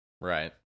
Right